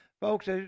Folks